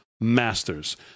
masters